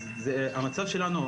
המצב שלנו,